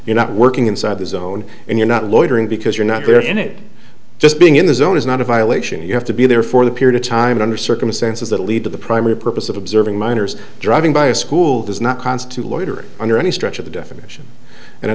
you're not working inside the zone and you're not loitering because you're not there in it just being in the zone is not a violation you have to be there for the period of time under circumstances that lead to the primary purpose of observing minors driving by a school does not constitute loitering under any stretch of the definition and i